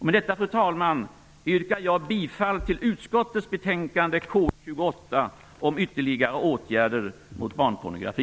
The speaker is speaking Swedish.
Med detta, fru talman, yrkar jag bifall till utskottets hemställan i betänkande KU28 om ytterligare åtgärder mot barnpornografi.